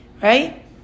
Right